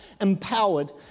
empowered